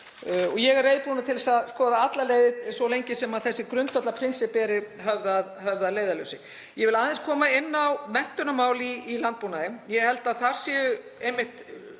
Ég er reiðubúin til að skoða allar leiðir svo lengi sem þessi grundvallarprinsipp eru höfð að leiðarljósi. Ég vil aðeins koma inn á menntunarmál í landbúnaði. Ég held að þar séu einmitt